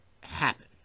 happen